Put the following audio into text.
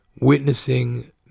witnessing